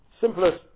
simplest